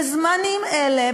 בזמנים אלה,